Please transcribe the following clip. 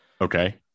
okay